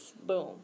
Boom